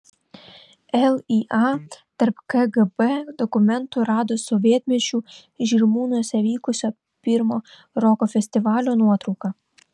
lya tarp kgb dokumentų rado sovietmečiu žirmūnuose vykusio pirmo roko festivalio nuotrauką